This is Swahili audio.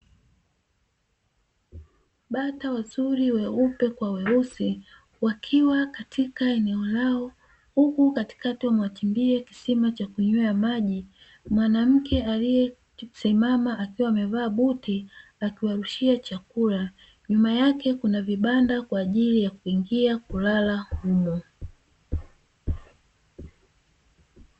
Bata wazuri weupe kwa weusi wakiwa latika eneo lao huku katikati wamewachimbia kisima cha kunywea maji, mwanamke aliyesimama akiwa amevaa buti akiwarushia chakula nyuma yake kuna vibanda kwa ajili ya kuingia kulala humo.